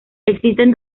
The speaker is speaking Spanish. existen